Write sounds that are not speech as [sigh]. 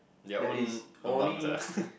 their own lobangs ah [laughs]